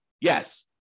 Yes